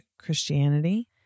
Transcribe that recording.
Christianity